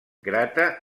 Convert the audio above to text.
grata